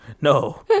No